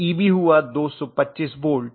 Eb हुआ 225 volt